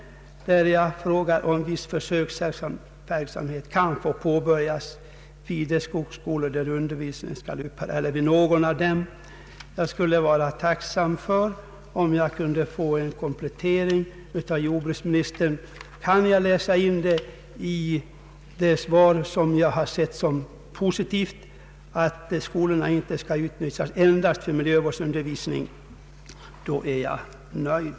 Jag frågade om viss försöksverksamhet kan få påbörjas vid någon av de skogsskolor där undervisningen skall upphöra. Jag skulle vara tacksam om jag kunde få en komplettering av jordbruksministern. Kan jag i det svar som jag har betraktat såsom positivt läsa in att skolorna även skall kunna utnyttjas för miljövårdsundervisning, är jag nöjd.